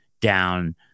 down